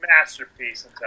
masterpiece